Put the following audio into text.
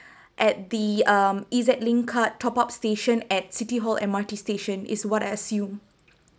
at the um EZ_link card top up station at city hall M_R_T station is what I assume